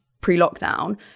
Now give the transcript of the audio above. pre-lockdown